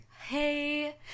Hey